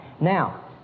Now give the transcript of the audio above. Now